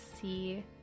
see